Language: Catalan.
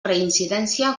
reincidència